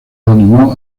animó